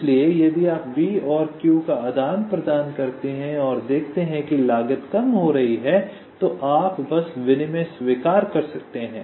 इसलिए यदि आप p और q का आदान प्रदान करते हैं और देखते हैं कि लागत कम हो रही है तो आप बस विनिमय स्वीकार कर सकते हैं